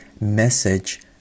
message